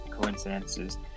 coincidences